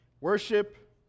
worship